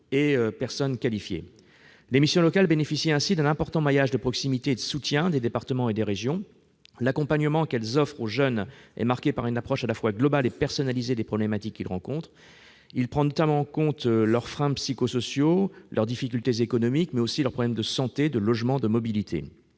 et personnes qualifiées. Les missions locales bénéficient ainsi d'un important maillage de proximité et du soutien des départements et des régions. L'accompagnement qu'elles offrent aux jeunes est marqué par une approche à la fois globale et personnalisée des problématiques qu'ils rencontrent. Il prend notamment en compte leurs freins psychosociaux, leurs difficultés économiques, mais aussi leurs problèmes de santé, de logement, de mobilité.